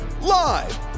live